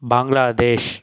Bangladesh